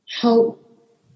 help